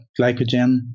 glycogen